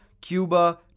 Cuba